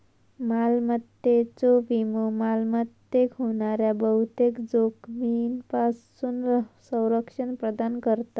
मालमत्तेचो विमो मालमत्तेक होणाऱ्या बहुतेक जोखमींपासून संरक्षण प्रदान करता